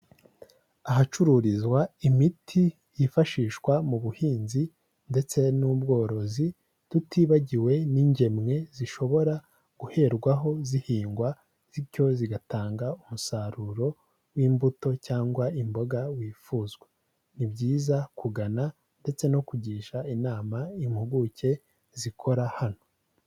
Ahacururizwa imiti yifashishwa mu buhinzi ndetse n'ubworozi tutibagiwe n'ingemwe zishobora guherwaho zihingwa zityo zigatanga umusaruro w'imbuto cyangwa imboga wifuzwa, ni byiza kugana ndetse no kugisha inama impuguke zikora hano.